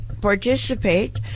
participate